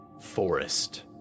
forest